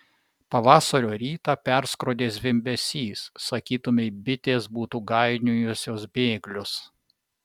pavasario rytą perskrodė zvimbesys sakytumei bitės būtų gainiojusios bėglius